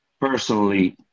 personally